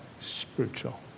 spiritual